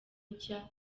nshya